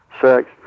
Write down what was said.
sex